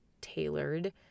tailored